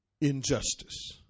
injustice